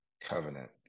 covenant